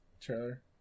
trailer